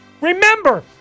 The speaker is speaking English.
remember